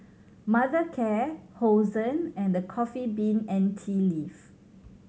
Mothercare Hosen and The Coffee Bean and Tea Leaf